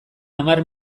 hamar